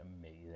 amazing